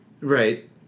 Right